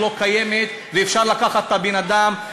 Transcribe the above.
שלא נצטרך לנצל את תשעת החודשים.